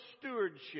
stewardship